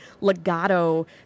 legato